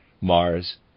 Mars